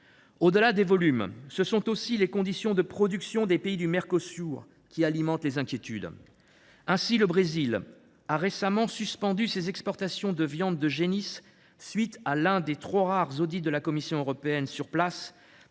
Au delà des volumes, ce sont aussi les conditions de production des pays du Mercosur qui alimentent les inquiétudes. Ainsi, le Brésil a récemment suspendu ses exportations de viande de génisses à la suite de l’un des trop rares audits de la Commission européenne sur place.